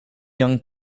young